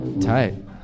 Tight